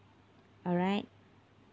alright